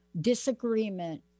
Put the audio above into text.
disagreement